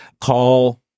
Call